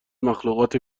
مخلوقات